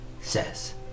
says